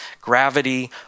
gravity